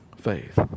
faith